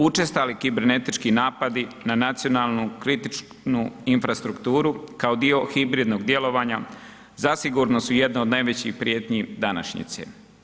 Učestali kibernetički napadi na nacionalnu kritičnu infrastrukturu kao dio hibridnog djelovanja zasigurno su jedne od najvećih prijetnji današnjice.